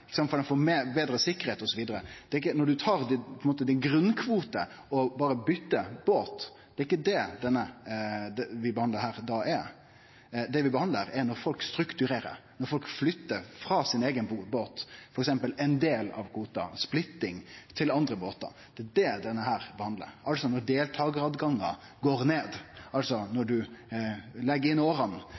tar grunnkvoten din og berre bytter båt. Det er ikkje det vi behandlar her i dag. Det vi behandlar, er når folk strukturerer, når folk flytter frå sin eigen båt, f.eks. ein del av kvota og splittar til andre båtar. Det vi behandlar, er når deltakaråtgangar går ned, når ein legg inn